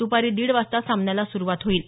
दुपारी दीड वाजता या सामन्याला सुरुवात होईल